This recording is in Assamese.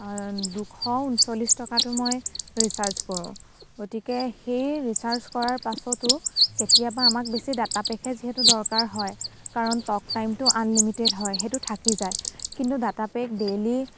দুশ ঊনচল্লিছ টকাটো মই ৰিছাৰ্জ কৰোঁ গতিকে সেই ৰিচাৰ্জ কৰাৰ পাছতো কেতিয়াবা আমাক বেছি ডাটা পেকহে যিহেতু দৰকাৰ হয় কাৰণ টকটাইমটো আনলিমিটেড হয় সেইটো থাকি যায় কিন্তু ডাটা পেক ডেইলী